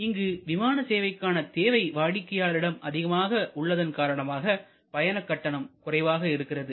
இங்கு விமான சேவைக்கான தேவை வாடிக்கையாளரிடம் அதிகமாக உள்ளதன் காரணமாக பயண கட்டணம் குறைவாக இருக்கிறது